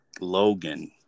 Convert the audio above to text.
Logan